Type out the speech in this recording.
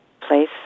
place